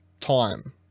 time